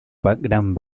gran